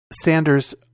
Sanders